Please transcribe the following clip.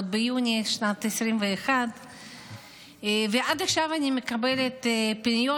עוד ביוני 2021. עד עכשיו אני מקבלת פניות,